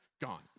gone